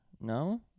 no